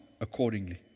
accordingly